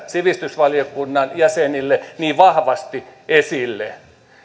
sivistysvaliokunnan jäsenille lähetetyissä kirjeissä niin vahvasti esille